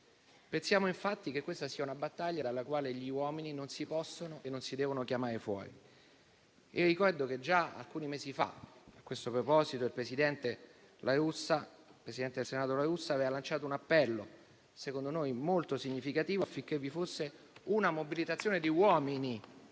Pensiamo, infatti, che questa sia una battaglia dalla quale gli uomini non si possono e non si devono chiamare fuori. Ricordo che già alcuni mesi fa a questo proposito il presidente del Senato La Russa aveva lanciato un appello, secondo noi molto significativo, affinché vi fosse una mobilitazione di uomini